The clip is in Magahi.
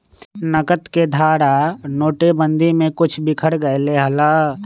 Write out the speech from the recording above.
नकद के धारा नोटेबंदी में कुछ बिखर गयले हल